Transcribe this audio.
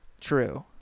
True